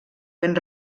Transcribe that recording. ben